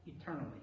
eternally